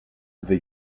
they